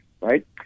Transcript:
right